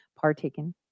partaken